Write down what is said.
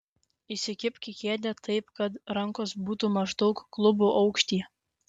įsikibk į kėdę taip kad rankos būtų maždaug klubų aukštyje